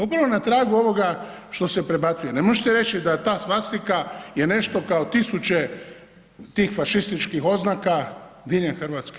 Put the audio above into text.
Upravo na tragu ovoga što se prebacuje, ne možete reći da ta svastika je nešto kao tisuće tih fašističkih oznaka diljem Hrvatske.